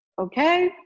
okay